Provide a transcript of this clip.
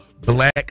Black